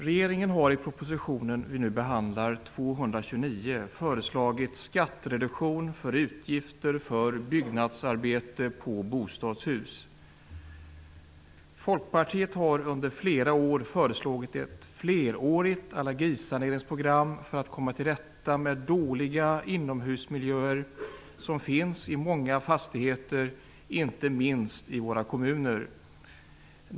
Regeringen har i den proposition vi nu behandlar, Folkpartiet har i många år föreslagit ett flerårigt allergisaneringsprogram för att komma till rätta med de dåliga inomhusmiljöer som finns i många fastigheter, inte minst i våra kommuner.